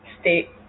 State